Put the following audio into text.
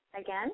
Again